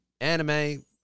anime